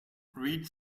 read